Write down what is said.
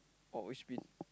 or which bin